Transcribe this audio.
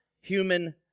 human